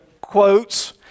quotes